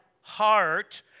heart